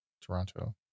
Toronto